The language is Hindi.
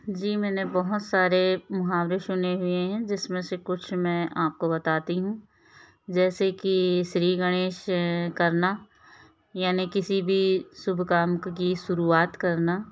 जी मैंने बहुत सारे मुहावरे सुने हुए हैं जिसमें से कुछ मैं आपको बताती हूँ जैसे कि श्री गणेश करना यानी किसी भी शुभ काम की शुरुआत करना